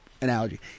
analogy